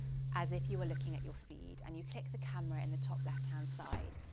as if you were looking at your feed and you click the camera in the top left hand side.